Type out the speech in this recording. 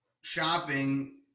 shopping